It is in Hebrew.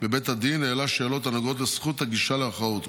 בבית הדין העלה שאלות הנוגעות לזכות הגישה לערכאות,